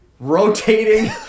rotating